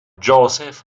joseph